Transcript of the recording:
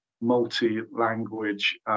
multi-language